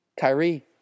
Kyrie